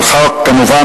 כמובן,